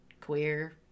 queer